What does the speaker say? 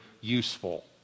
useful